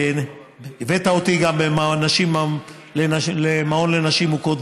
הבאת אותי גם למעון לנשים מוכות,